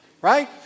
right